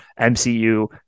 MCU